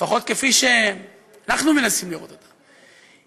לפחות כפי שאנחנו מנסים לראות אותה,